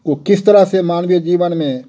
वह किस तरह से मानवीय जीवन में